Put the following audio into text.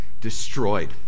destroyed